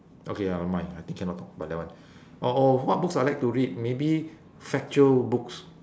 okay never mind I think cannot talk about that one or what books I like to read maybe factual books